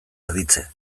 erditze